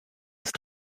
ist